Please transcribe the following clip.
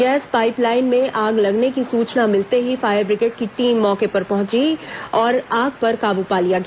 gas line में आग लगने की सूचना मिलते ही फायर बिग्रेड की टीम मौके पर पहुंच गई और आग पर काबू पा लिया गया